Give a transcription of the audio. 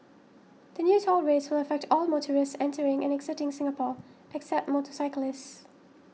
the new toll rates will affect all motorists entering and exiting Singapore except motorcyclists